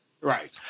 Right